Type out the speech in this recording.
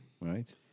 right